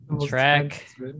track